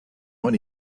many